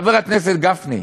חבר הכנסת גפני,